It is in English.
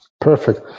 Perfect